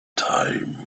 time